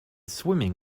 swimming